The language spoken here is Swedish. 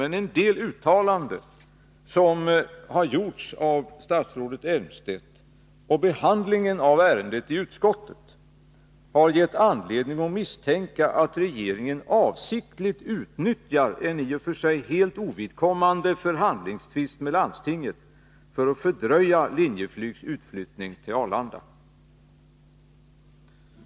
Men en del uttalanden som har gjorts av statsrådet Elmstedt och behandlingen av ärendet i utskottet har gett oss anledning att misstänka att regeringen avsiktligt utnyttjar en i och för sig helt ovidkommande förhandlingstvist med landstinget för att fördröja Linjeflygs utflyttning till Arlanda.